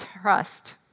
trust